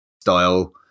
style